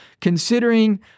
considering